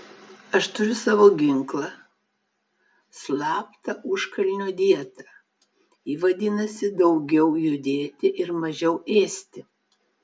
aš turiu savo ginklą slaptą užkalnio dietą ji vadinasi daugiau judėti ir mažiau ėsti